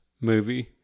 movie